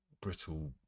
brittle